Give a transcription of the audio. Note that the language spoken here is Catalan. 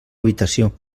habitació